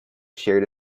shared